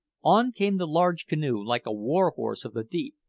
on came the large canoe like a war-horse of the deep,